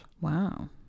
Wow